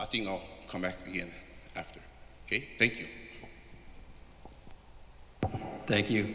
i think i'll come back again after ok thank you thank you